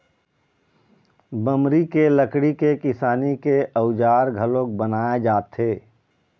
बमरी के लकड़ी के किसानी के अउजार घलोक बनाए जाथे